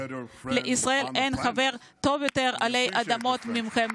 לישראל אין חבר טוב יותר עלי אדמות מכם,